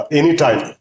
anytime